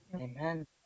Amen